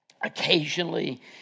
occasionally